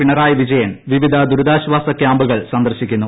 പിണറായി വിജയൻ വിവിധ ദുരിതാശ്ചാസ ക്യാമ്പുകൾ സന്ദർശിക്കുന്നു